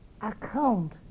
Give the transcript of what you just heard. account